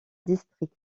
district